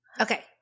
Okay